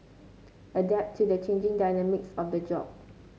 adapt to the changing dynamics of the job